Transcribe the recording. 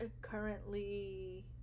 currently